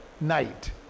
night